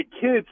kids